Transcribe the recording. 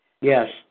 Yes